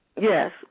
Yes